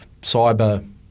cyber